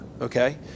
Okay